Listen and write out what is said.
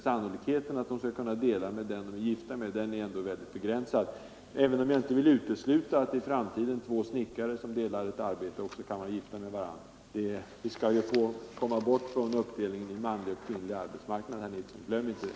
Sannolikheten att de skall kunna dela en befattning med den som de är gifta med är ändå rätt begränsad, även om jag inte vill utesluta att i framtiden två snickare som delar ett arbete också kan vara gifta med varandra — vi skall komma bort från uppdelningen i manlig och kvinnlig arbetsmarknad, glöm inte det!